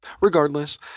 Regardless